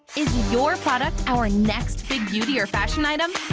is your product our next big beauty or fashion item?